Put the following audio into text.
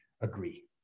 agree